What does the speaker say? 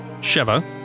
sheva